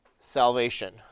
salvation